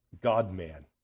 God-man